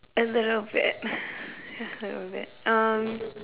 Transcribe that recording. a little bit ya a little bit um